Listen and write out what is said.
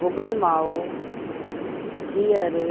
भुॻल माओ गिहर